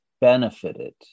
benefited